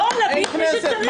לא, להביא את מי שצריך.